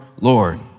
Lord